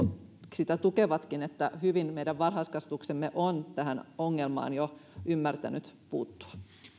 sitä tukevatkin että hyvin meidän varhaiskasvatuksemme on tähän ongelmaan jo ymmärtänyt puuttua